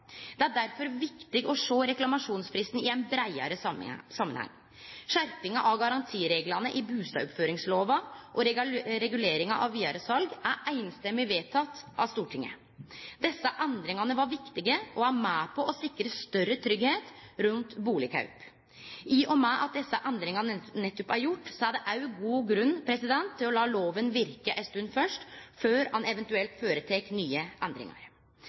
Det er derfor viktig å sjå reklamasjonsfristen i ein breiare samanheng. Skjerpinga av garantireglane i bustadsoppføringslova og reguleringa av vidare sal har samrøystes blitt vedteke av Stortinget. Desse endringane var viktige og er med på å sikre større tryggleik rundt bustadkjøp. I og med at desse endringane nettopp er gjorde, er det òg god grunn til å late loven verke ei stund først før ein eventuelt føretek nye endringar.